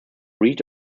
read